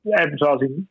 advertising